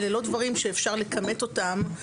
אלה לא דברים שאפשר לכמת אותם,